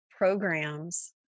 programs